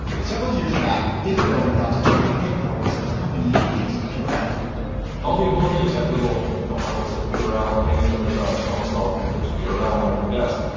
several years back david o. and got to tour the headquarters of the company that makes purell all the employees have little bottles of purell hanging from their belts, almost all of them. there's purell on every desk.